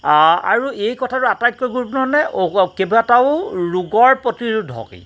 আৰু এই কথাটো আটাইতকৈ গুৰুত্বপূৰ্ণ মানে কেইবাটাও ৰোগৰ প্ৰতিৰোধক ই